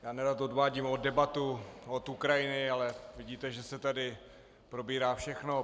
Já nerad odvádím debatu od Ukrajiny, ale vidíte, že se tady probírá všechno.